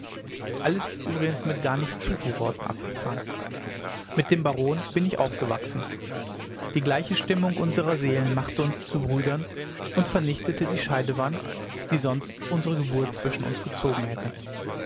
alles ist übrigens mit nicht gar zu viel worten abgetan mit dem baron bin ich aufgewachsen die gleiche stimmung unsrer seelen machte uns zu brüdern und vernichtete die scheidewand die sonst unsere geburt zwischen uns gezogen hätte